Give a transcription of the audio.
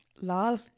Lol